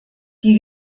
die